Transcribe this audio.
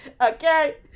Okay